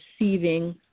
receiving